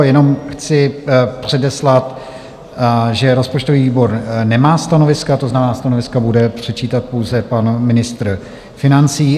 Jenom chci předeslat, že rozpočtový výbor nemá stanoviska, to znamená, stanoviska bude předčítat pouze pan ministr financí.